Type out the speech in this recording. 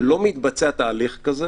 לא מתבצע תהליך כזה